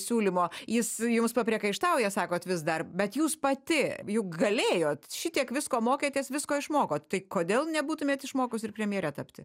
siūlymo jis jums papriekaištauja sakot vis dar bet jūs pati juk galėjot šitiek visko mokėtės visko išmokot tai kodėl nebūtumėt išmokus ir premjere tapti